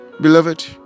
Beloved